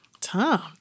Tom